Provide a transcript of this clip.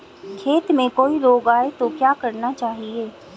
खेत में कोई रोग आये तो क्या करना चाहिए?